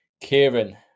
Kieran